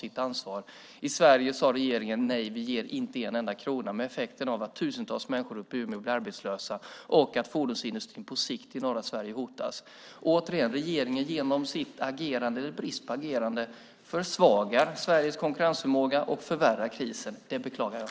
I Sverige sade regeringen nej, vi ger inte en enda krona, med den effekten att tusentals människor i Umeå blir arbetslösa och fordonsindustrin i norra Sverige på sikt hotas. Återigen: Regeringen försvagar genom sin brist på agerande Sveriges konkurrensförmåga och förvärrar därmed krisen. Det beklagar jag.